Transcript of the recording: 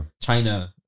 China